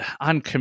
on